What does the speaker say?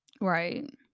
Right